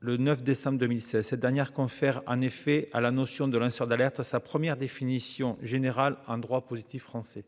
le 9 décembre 2016, cette dernière confère en effet à la notion de lanceur d'alerte sa première définition générale en droit positif français.